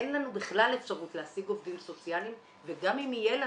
אין לנו בכלל אפשרות להשיג עובדים סוציאליים וגם אם יהיו לנו,